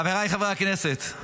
חבריי חברי הכנסת,